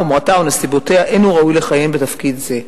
חומרתה או נסיבותיה אין הוא ראוי לכהן בתפקיד זה".